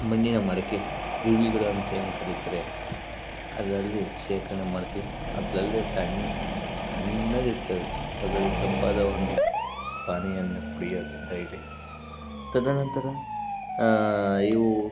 ಮಣ್ಣಿನ ಮಡಿಕೆ ಇರ್ವಿಗಳು ಅಂತ ಏನು ಕರಿತಾರೆ ಅದರಲ್ಲಿ ಶೇಖರಣೆ ಮಾಡ್ತೀವಿ ಅದ್ರಲ್ಲಿ ತಣ್ಣ ತಣ್ಣಗಿರ್ತವೆ ಅದರಲ್ಲಿ ತಂಪಾದ ಒಂದು ಪಾನೀಯವನ್ನು ಕುಡಿಯೋದು ಡೈಲಿ ತದನಂತರ ಇವು